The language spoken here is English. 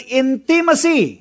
intimacy